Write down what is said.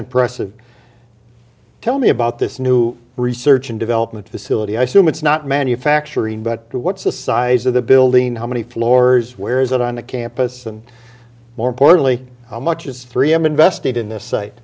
impressive tell me about this new research and development facility i soon it's not manufacturing but what's the size of the building how many floors where is it on the campus and more importantly how much is three m invested in this site